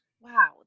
Wow